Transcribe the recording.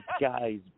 guys